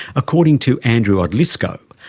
according to andrew odlyzko,